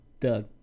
Doug